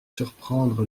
surprendre